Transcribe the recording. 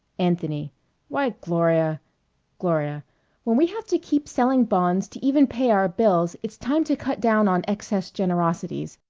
anthony why, gloria gloria when we have to keep selling bonds to even pay our bills, it's time to cut down on excess generosities.